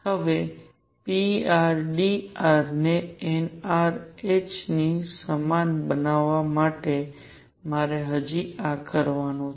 હવે pr dr ને nr h ની સમાન બનવા માટે મારે હજી આ કરવાનું છે